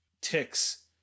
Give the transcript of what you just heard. ticks